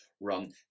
run